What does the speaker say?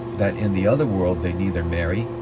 that in the other world they neither marry,